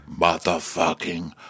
motherfucking